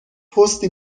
پستی